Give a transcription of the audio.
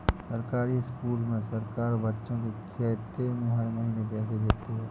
सरकारी स्कूल में सरकार बच्चों के खाते में हर महीने पैसे भेजती है